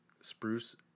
Spruce